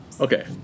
Okay